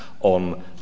on